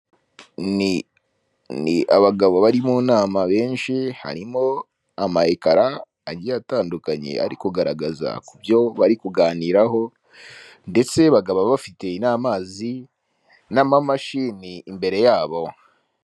Ni abagabo bari mu nama benshi harimo amayekara atandukanye ariko kugaragaza kubyo bari kuganiraho ndetse bakaba bafite n'amazi n'amamashini imbere y'abo.